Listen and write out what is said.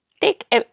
take